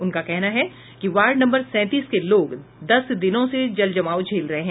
उनका कहना है कि वार्ड नम्बर सैंतीस के लोग दस दिनों से जल जमाव झेल रहे हैं